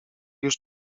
już